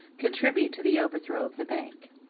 contribute to the overthrow of the bank.